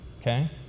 Okay